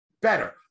better